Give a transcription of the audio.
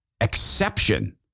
exception